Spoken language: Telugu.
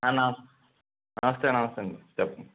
న నమస్తే నమస్తే అండి చెప్పు